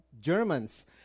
Germans